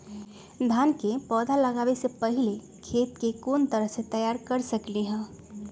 धान के पौधा लगाबे से पहिले खेत के कोन तरह से तैयार कर सकली ह?